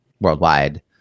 worldwide